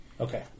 Okay